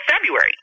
February